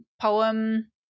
poem